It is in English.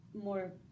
more